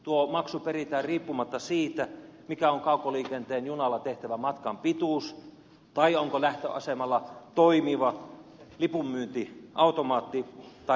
tuo maksu peritään riippumatta siitä mikä on kaukoliikenteen junalla tehtävän matkan pituus tai onko lähtöasemalla toimiva lipunmyyntiautomaatti tai palvelupistettä